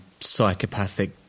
psychopathic